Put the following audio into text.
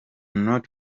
not